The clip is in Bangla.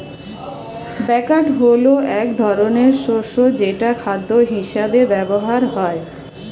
বাকহুইট হলো এক ধরনের শস্য যেটা খাদ্যশস্য হিসেবে ব্যবহৃত হয়